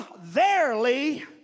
verily